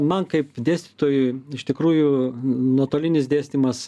man kaip dėstytojui iš tikrųjų nuotolinis dėstymas